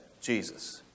Jesus